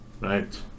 right